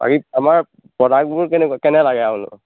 আমাৰ প্ৰডাক্টবোৰ কেনেকুৱা কেনে লাগে